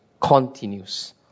continues